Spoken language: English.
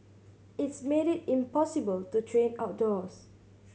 it's made it impossible to train outdoors